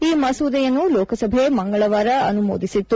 ಈ ಮಸೂದೆಯನ್ನು ಲೋಕಸಭೆ ಮಂಗಳವಾರ ಅನುಮೋದಿಸಿತ್ತು